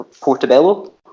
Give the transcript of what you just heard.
Portobello